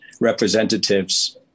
representatives